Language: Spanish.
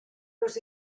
los